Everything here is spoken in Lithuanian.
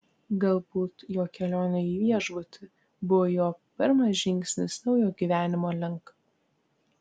galbūt jo kelionė į viešbutį buvo jo pirmas žingsnis naujo gyvenimo link